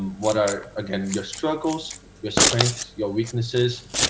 what are again your struggles, your strengths, your weaknesses,